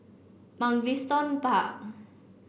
Mugliston Park